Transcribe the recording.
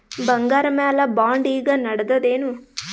ಬಂಗಾರ ಮ್ಯಾಲ ಬಾಂಡ್ ಈಗ ನಡದದೇನು?